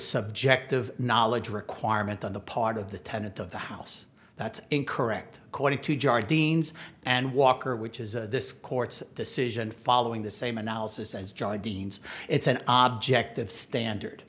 subjective knowledge requirement on the part of the tenant of the house that in correct according to jarred dean's and walker which is this court's decision following the same analysis as john dean's it's an object of standard